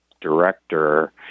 director